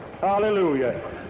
Hallelujah